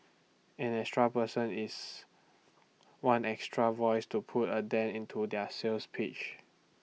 an extra person is one extra voice to put A dent into their sales pitch